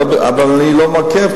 אבל אני לא מעכב,